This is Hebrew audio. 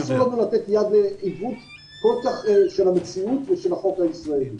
אסור לנו לתת יד לעיוות כל כך של המציאות ושל החוק הישראלי.